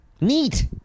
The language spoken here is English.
neat